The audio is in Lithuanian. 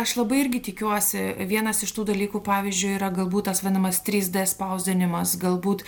aš labai irgi tikiuosi vienas iš tų dalykų pavyzdžiui yra galbūt tas vadinamas tryd dė spausdinimas galbūt